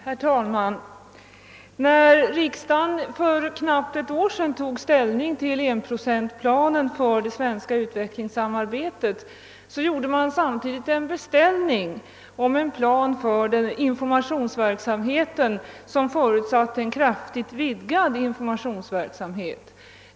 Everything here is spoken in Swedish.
Herr talman! När riksdagen för knappt ett år sedan tog ställning till enprocentplanen för det svenska utvecklingssamarbetet, gjorde man samtidigt en beställning om en plan för informationsverksamheten, som förutsatte en kraftig utvidgning av denna.